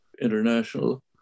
international